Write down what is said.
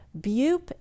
Bupe